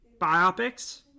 biopics